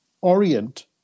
Orient